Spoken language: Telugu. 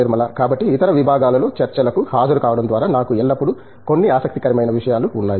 నిర్మలా కాబట్టి ఇతర విభాగాలలో చర్చలకు హాజరు కావడం ద్వారా నాకు ఎల్లప్పుడూ కొన్ని ఆసక్తికరమైన విషయాలు ఉన్నాయి